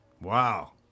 Wow